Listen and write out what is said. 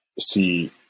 see